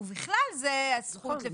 ובכלל זה הזכות.